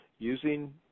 using